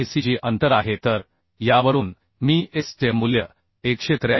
6 हेcg अंतर आहे तर यावरून मी s चे मूल्य 183